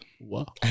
Wow